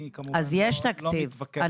אני כמובן לא מתווכח על זה.